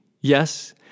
Yes